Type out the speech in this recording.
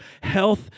health